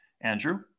Andrew